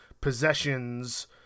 possessions